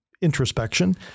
introspection